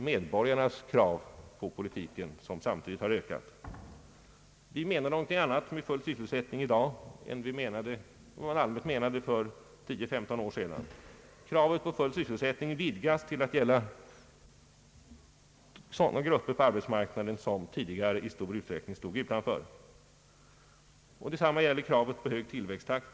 Medborgarnas krav på politiken har också ökat i mycket hög grad. Vi menar någonting annat med full sysselsättning i dag än vad man allmänt menade för tio å femton år sedan. Kravet på full sysselsättning har vidgats till att gälla sådana grupper som tidigare i stor utsträckning stod utanför arbetsmarknaden. Detsamma gäller kravet på hög tillväxttakt.